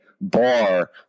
bar